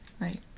Right